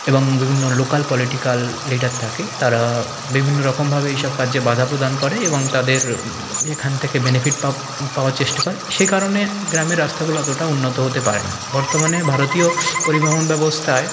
এবং বিভিন্ন local political leader থাকে তারা বিভিন্নরকমভাবে এই সব কার্যে বাধা প্রদান করে এবং তাদের এখান থেকে বেনিফিট পাওয়ার চেষ্টা করে সে কারণে গ্রামের রাস্তাগুলো অতটা উন্নত হতে পারে না বর্তমানে ভারতীয় পরিবহণ ব্যবস্থায়